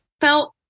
felt